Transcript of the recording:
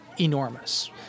enormous